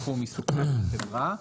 בתחום עיסוק החברה,